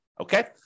Okay